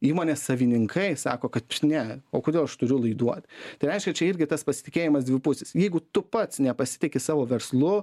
įmonės savininkai sako kad aš ne o kodėl aš turiu laiduoti tai reiškia čia irgi tas pasitikėjimas dvipusis jeigu tu pats nepasitiki savo verslu